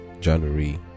january